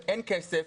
אין כסף,